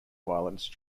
violence